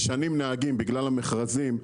משנעים נהגים בגלל המכרזים.